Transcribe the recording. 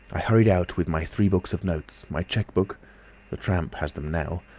i hurried out with my three books of notes, my cheque-book the tramp has them now